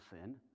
sin